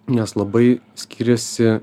nes labai skiriasi